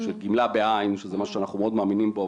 של גמלה ב-"ע" שזה משהו שאנחנו מאוד מאמינים בו,